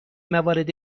موارد